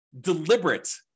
deliberate